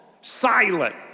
silent